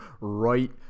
right